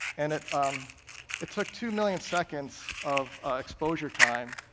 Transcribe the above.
and it um it took two million seconds of exposure time,